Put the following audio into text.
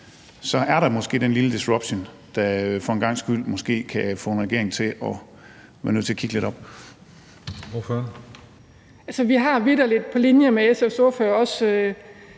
så er der måske den lille disruption, der for en gangs skyld måske kan få en regering til at blive nødt til at kigge lidt op. Kl. 16:27 Den fg. formand